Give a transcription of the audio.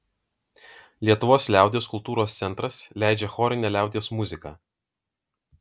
lietuvos liaudies kultūros centras leidžia chorinę liaudies muziką